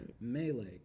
melee